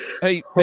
hey